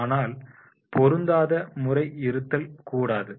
ஆனால் பொருந்தாத முறை இருத்தல் கூடாது